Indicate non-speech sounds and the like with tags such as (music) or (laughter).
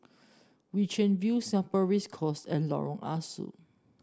(unintelligible) Chian View Singapore Race Course and Lorong Ah Soo